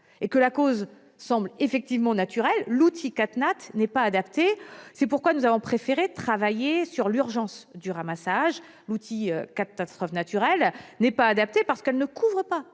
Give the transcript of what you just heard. et que la cause en semble bien naturelle, l'outil CAT-NAT n'est pas adapté. C'est pourquoi nous avons préféré travailler sur l'urgence du ramassage. L'outil CAT-NAT n'est pas adapté, parce qu'il ne couvre pas